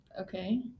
Okay